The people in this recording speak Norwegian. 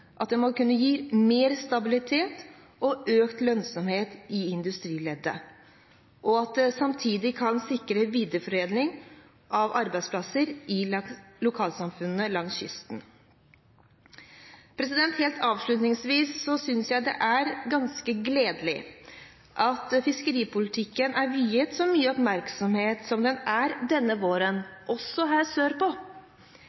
Det må kunne gi mer stabilitet og økt lønnsomhet i industrileddet, og at det samtidig kan sikre videreforedling av arbeidsplasser i lokalsamfunnene langs kysten. Helt avslutningsvis synes jeg det er ganske gledelig at fiskeripolitikken er viet så mye oppmerksomhet som den er denne våren,